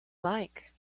like